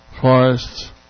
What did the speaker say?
forests